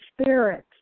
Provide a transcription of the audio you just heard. spirit